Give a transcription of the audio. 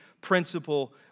principle